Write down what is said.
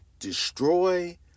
Destroy